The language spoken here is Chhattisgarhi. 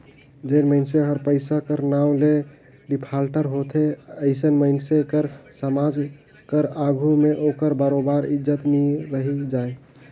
जेन मइनसे हर पइसा कर नांव ले डिफाल्टर होथे अइसन मइनसे कर समाज कर आघु में ओकर बरोबेर इज्जत नी रहि जाए